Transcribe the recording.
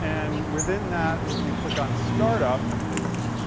and within that if you click on start up